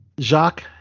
Jacques